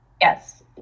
Yes